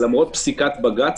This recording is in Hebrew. למרות פסיקת בג"ץ,